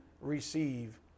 receive